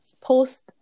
post